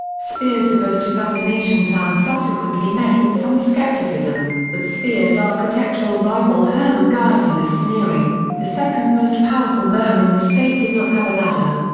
speer's supposed assassination plan subsequently met with some scepticism, with speer's architectural rival hermann giesler and sneering, the second most powerful man in the state did not have a ladder.